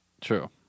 True